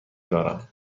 دارم